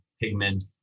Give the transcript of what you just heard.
pigment